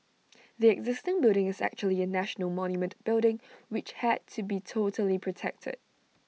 the existing building is actually A national monument building which had to be totally protected